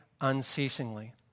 unceasingly